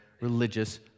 religious